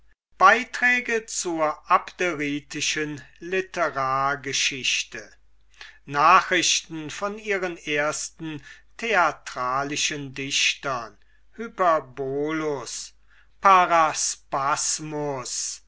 beiträge zur abderitischen litterargeschichte nachrichten von ihren ersten theatralischen dichtern hyperbolus paraspasmus